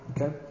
Okay